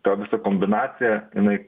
ta visa kombinacija inai